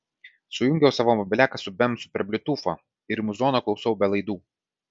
sujungiau savo mobiliaką su bemsu per bliutūfą ir muzono klausau be laidų